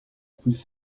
plus